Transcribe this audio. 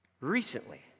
Recently